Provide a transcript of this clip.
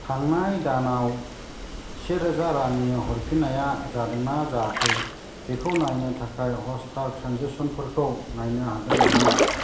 थांनाय दानाव से रोजा रांनि हरफिन्नाया जादोंना जायाखै बेखौ नायनो थाखाय हटस्टार ट्रेन्जेक्सनफोरखौ नायनो हागोन नामा